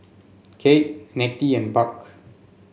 Keith Nettie and Buck